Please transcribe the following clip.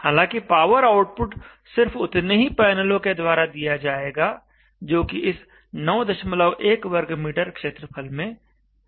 हालांकि power output सिर्फ उतने ही पैनलों के द्वारा दिया जाएगा जो कि इस 91 m2 क्षेत्रफल में हैं